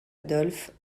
adolphe